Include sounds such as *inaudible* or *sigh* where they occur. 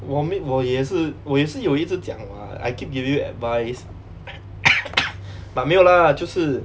我没我也是我也是有一直讲 what I keep giving you advice *coughs* but 没有 lah 就是